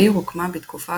העיר הוקמה בתקופה